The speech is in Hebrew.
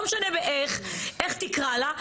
לא משנה איך תקרא לה.